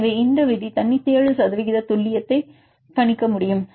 எனவே இந்த விதி 97 சதவிகித துல்லியத்தை கணிக்க முடியும்